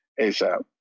ASAP